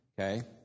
Okay